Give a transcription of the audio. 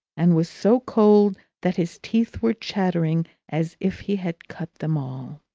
and was so cold that his teeth were chattering as if he had cut them all.